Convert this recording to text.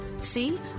See